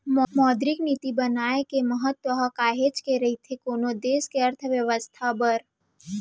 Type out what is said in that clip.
मौद्रिक नीति बनाए के महत्ता ह काहेच के रहिथे कोनो देस के अर्थबेवस्था बर